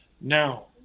now